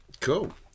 Cool